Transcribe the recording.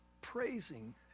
praising